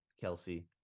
Kelsey